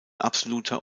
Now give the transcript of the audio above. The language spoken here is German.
absoluter